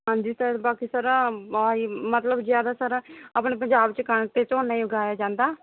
ਹਾਂਜੀ ਸਰ ਬਾਕੀ ਸਰ ਆਹੀ ਮਤਲਬ ਜਿਆਦਾ ਸਾਰਾ ਆਪਣੇ ਪੰਜਾਬ 'ਚ ਕਣਕ ਤੇ ਝੋਨਾ ਹੀ ਉਗਾਇਆ ਜਾਂਦਾ